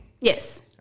Yes